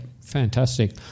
fantastic